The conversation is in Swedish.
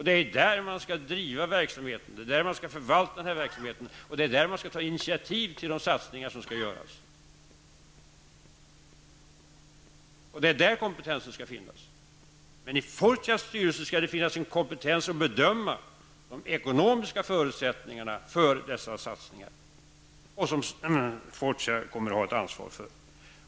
Det är där som man skall driva och förvalta verksamheten samt ta initiativ till de satsningar som skall göras. I Fortias styrelse skall finnas en kompetens för att bedöma de ekonomiska förutsättningarna för de satsningar som Fortia kommer att ha ett ansvar för.